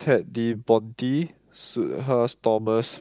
Ted De Ponti Sudhir Thomas